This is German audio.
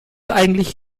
eigentlich